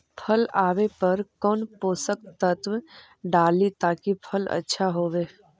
फल आबे पर कौन पोषक तत्ब डाली ताकि फल आछा होबे?